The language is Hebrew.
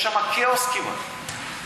יש שם כאוס כמעט.